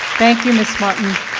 thank you, ms. martin.